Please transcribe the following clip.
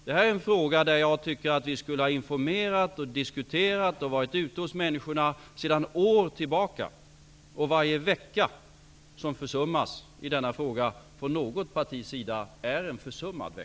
Det här är en fråga i vilken jag tycker att vi skulle ha informerat och diskuterat och varit ute och talat med människor sedan år tillbaka. Varje vecka som från något partis sida försummas i denna fråga är en försummad vecka.